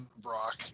Brock